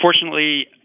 Unfortunately